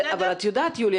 אבל את יודעת, יוליה,